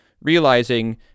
Realizing